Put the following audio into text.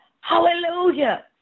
Hallelujah